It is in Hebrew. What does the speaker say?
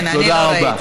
תודה רבה.